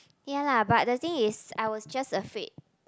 ya lah but the thing is I was just afraid